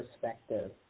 perspective